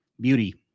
beauty